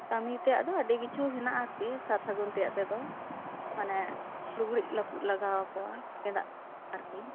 ᱠᱟᱹᱢᱤ ᱛᱮᱭᱟᱜ ᱫᱚ ᱟᱹᱰᱤ ᱠᱤᱪᱷᱩ ᱦᱮᱱᱟᱜᱼᱟ ᱟᱨᱠᱤ ᱥᱟᱨ ᱥᱟᱹᱜᱩᱱ ᱛᱮᱭᱟᱜ ᱛᱮᱫᱚ ᱢᱟᱱᱮ ᱞᱩᱜᱲᱤ ᱞᱟᱹᱯᱩᱜ ᱞᱟᱜᱟᱣ ᱟᱠᱚᱣᱟ ᱜᱮᱫᱟᱜ ᱟᱨᱠᱤ